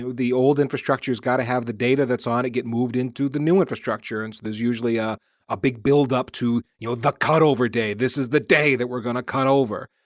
the old infrastructures got to have the data that's on and get moved into the new infrastructure. and there's usually a ah big build up to you know the cutover day. this is the day that we're going to cutover.